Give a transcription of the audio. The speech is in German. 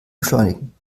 beschleunigen